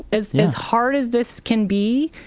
as as hard as this can be,